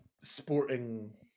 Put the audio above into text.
sporting